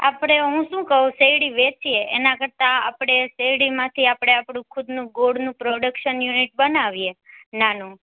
આપડે હું શું કઉ શેરડી વેચીએ એના કરતાં આપડે શેરડીમાથી આપડે આપણું થોડુંક ખુદનું ગોળનું પ્રોડક્શન યુનિટ બનાવીએ નાનું